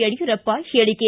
ಯಡಿಯೂರಪ್ಪ ಹೇಳಿಕೆ